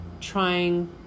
trying